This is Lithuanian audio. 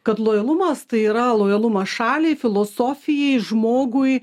kad lojalumas tai yra lojalumas šaliai filosofijai žmogui